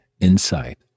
insight